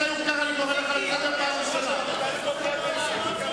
אלוהים אדירים.